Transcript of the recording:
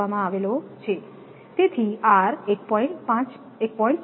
આપવામાં આવેલો છેતેથી r 1